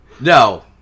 No